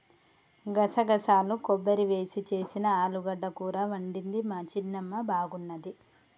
గసగసాలు కొబ్బరి వేసి చేసిన ఆలుగడ్డ కూర వండింది మా చిన్నమ్మ బాగున్నది